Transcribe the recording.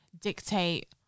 dictate